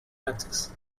access